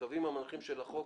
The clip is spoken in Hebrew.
הקווים המנחים של החוק,